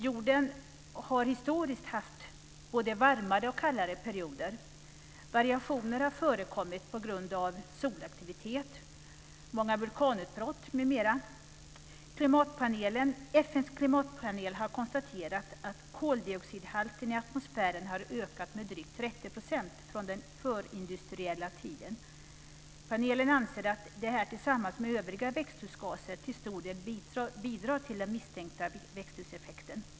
Jorden har historiskt haft både varmare och kallare perioder. Variationer har förekommit på grund av solaktivitet, många vulkanutbrott m.m. FN:s klimatpanel har konstaterat att koldioxidhalten i atmosfären har ökat med drygt 30 % från den förindustriella tiden. Panelen anser att det här tillsammans med övriga växthusgaser till stor del bidrar till den misstänkta växthuseffekten.